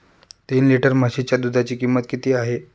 तीन लिटर म्हशीच्या दुधाची किंमत किती आहे?